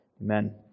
Amen